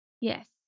Yes